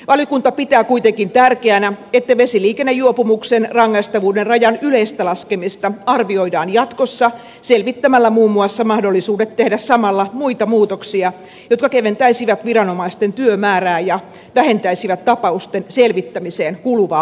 valiokunta pitää kuitenkin tärkeänä että vesiliikennejuopumuksen rangaistavuuden rajan yleistä laskemista arvioidaan jatkossa selvittämällä muun muassa mahdollisuudet tehdä samalla muita muutoksia jotka keventäisivät viranomaisten työmäärää ja vähentäisivät tapausten selvittämiseen kuluvaa aikaa